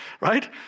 right